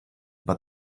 but